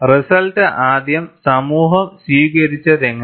result ആദ്യം സമൂഹം സ്വീകരിച്ചതെങ്ങനെ